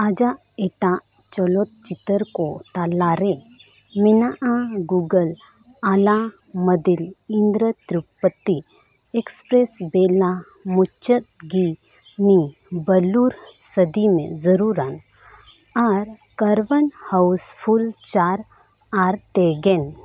ᱟᱡᱟᱜ ᱮᱴᱟᱜ ᱪᱚᱞᱚᱛ ᱪᱤᱛᱟᱹᱨ ᱠᱚ ᱛᱟᱞᱟᱨᱮ ᱢᱮᱱᱟᱜᱼᱟ ᱜᱩᱜᱩᱞ ᱟᱞᱟ ᱢᱟᱫᱤᱱ ᱤᱱᱫᱨᱚ ᱛᱨᱤᱯᱟᱛᱤ ᱮᱠᱥᱯᱨᱮᱥ ᱵᱮᱱᱟ ᱢᱩᱪᱟᱹᱫ ᱜᱮ ᱱᱤ ᱵᱟᱹᱞᱩᱨ ᱥᱟᱹᱫᱤ ᱢᱮ ᱡᱟᱨᱩᱨᱟᱱ ᱟᱨ ᱠᱚᱨᱵᱟᱱ ᱦᱟᱣᱩᱥᱯᱷᱩᱞ ᱪᱟᱨ ᱟᱨ ᱛᱮᱜᱮᱱ